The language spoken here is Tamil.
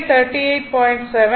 47 sine 59